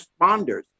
responders